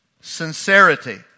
sincerity